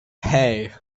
hey